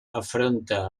afronta